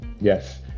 yes